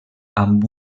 amb